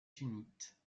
sunnites